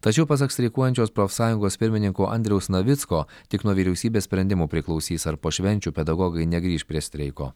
tačiau pasak streikuojančios profsąjungos pirmininko andriaus navicko tik nuo vyriausybės sprendimų priklausys ar po švenčių pedagogai negrįš prie streiko